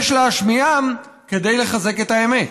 יש להשמיעם כדי לחזק את האמת,